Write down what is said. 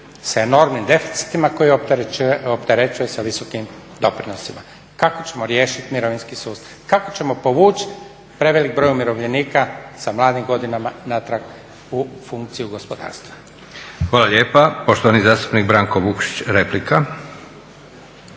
sa enormnim deficitima koje opterećuje sa visokim doprinosima. Kako ćemo riješiti mirovinski sustav, kako ćemo povući prevelik broj umirovljenika sa mladim godinama natrag u funkciju gospodarstva. **Leko, Josip (SDP)** Hvala lijepa. Poštovani zastupnik Branko Vukšić, replika.